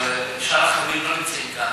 אבל שאר החברים לא נמצאים כאן,